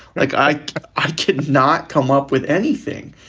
like i i could not come up with anything.